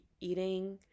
eating